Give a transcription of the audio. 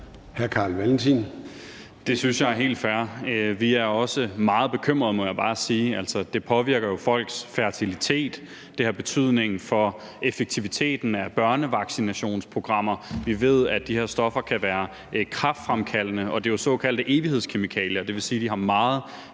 Det synes jeg er helt fair. Vi er også meget bekymrede, må jeg bare sige, for det påvirker jo folks fertilitet, og det har betydning for effektiviteten af børnevaccinationsprogrammer. Vi ved, at de her stoffer kan være kræftfremkaldende, og det er jo såkaldte evighedskemikalier,